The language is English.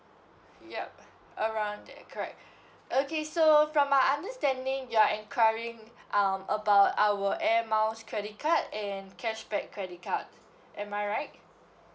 yup around that correct okay so from my understanding you are enquiring um about our air miles credit card and cashback credit card am I right